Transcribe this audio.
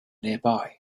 nearby